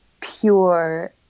pure